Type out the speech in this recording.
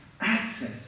Access